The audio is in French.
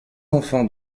enfants